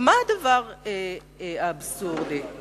ומה האבסורד הכי גדול?